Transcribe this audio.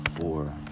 four